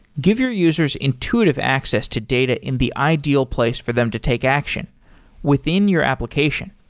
give your users intuitive access to data in the ideal place for them to take action within your application.